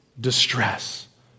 distress